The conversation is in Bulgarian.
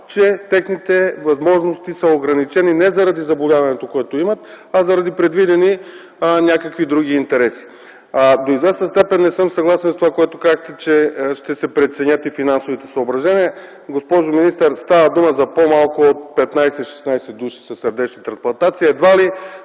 че техните възможности са ограничени, не заради заболяването, което имат, а заради предвидени някакви други интереси. До известна степен не съм съгласен с това, което казахте, че ще се преценят и финансовите съображения. Госпожо министър, става дума за по-малко от 15-16 души със сърдечни трансплантации. Едва ли